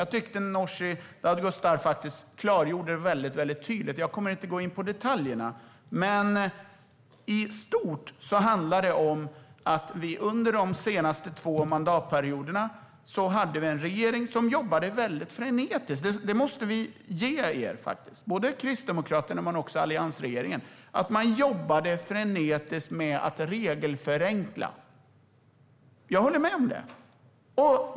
Jag tyckte att Nooshi Dadgostar klargjorde detta mycket tydligt. Jag kommer inte att gå in på detaljerna. Men i stort handlar det om att både Kristdemokraterna och alliansregeringen under de senaste två mandatperioderna jobbade frenetiskt med att regelförenkla. Jag håller med om det.